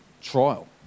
trial